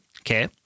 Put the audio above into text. okay